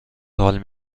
حال